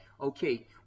okay